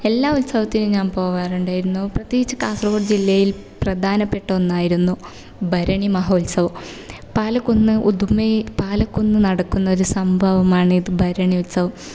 എല്ലാ ഉത്സവത്തിനും ഞാൻ പോവാറുണ്ടായിരുന്നു പ്രത്യേകിച്ച് കാസര്ഗോഡ് ജില്ലയില് പ്രധാനപ്പെട്ട ഒന്നായിരുന്നു ഭരണി മഹോത്സവം പാലക്കുന്ന് ഉദുമേൽ പാലക്കുന്ന് നടക്കുന്ന ഒരു സംഭവമാണ് ഇത് ഭരണി ഉത്സവം